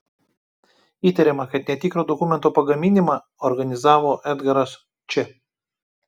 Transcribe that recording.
įtariama kad netikro dokumento pagaminimą organizavo edgaras č